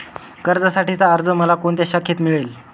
कर्जासाठीचा अर्ज मला कोणत्या शाखेत मिळेल?